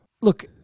Look